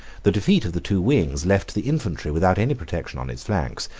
the defeat of the two wings left the infantry without any protection on its flanks,